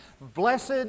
Blessed